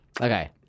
Okay